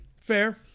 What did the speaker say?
Fair